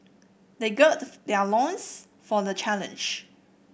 they gird their loins for the challenge